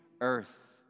earth